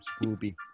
Scooby